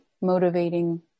motivating